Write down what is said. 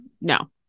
No